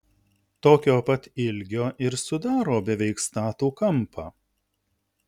tokio pat ilgio ir sudaro beveik statų kampą